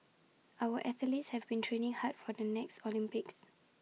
our athletes have been training hard for the next Olympics